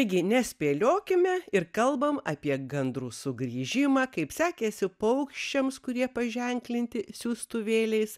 taigi nespėliokime ir kalbam apie gandrų sugrįžimą kaip sekėsi paukščiams kurie paženklinti siųstuvėliais